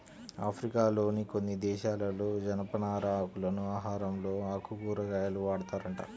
ఆఫ్రికాలోని కొన్ని దేశాలలో జనపనార ఆకులను ఆహారంలో ఆకుకూరగా వాడతారంట